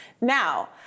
Now